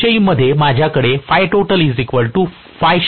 संचयी मध्ये माझ्याकडे असणार आहे